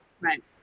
right